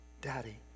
Daddy